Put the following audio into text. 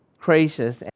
gracious